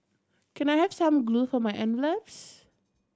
can I have some glue for my envelopes